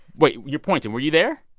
wait. you're pointing. were you there?